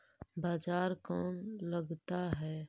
बाजार कौन लगाता है?